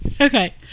Okay